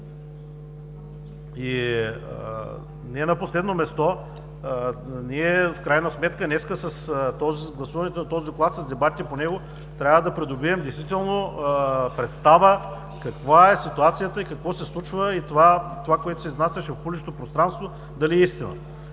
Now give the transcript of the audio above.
Не на последно място, в крайна сметка днес с гласуването на този Доклад, с дебатите по него, трябва да придобием действително представа каква е ситуацията и какво се случва, и това, което се изнасяше в публичното пространство, дали е истина.